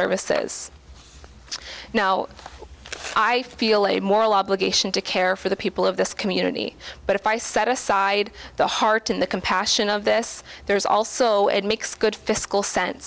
services now i feel a moral obligation to care for the people of this community but if i set aside the heart and the compassion of this there's also it makes good fiscal sense